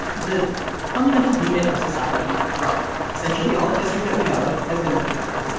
the fundamental unit of society throughout essentially all of history that we know of has been the family.